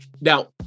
Now